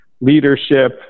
leadership